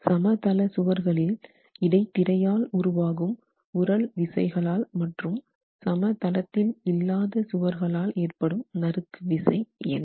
சமதள சுவர்களில் இடைத்திரையால் உருவாகும் உறழ் விசைகளால் மற்றும் சமதளத்தில் இல்லாத சுவர்களால் ஏற்படும் நறுக்கு விசை என்ன